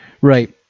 Right